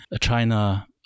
China